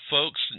Folks